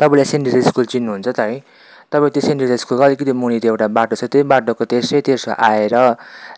तपाईँले Saint Teresa school चिन्नु हुन्छ त है तपाईँ त्यो सेन्ट ट्रिजा स्कुलकै अलिकिति मुनि त्यो एउटा बाटो छ त्यही बाटोको तेर्सो तेर्सो आएर